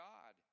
God